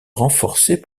renforcée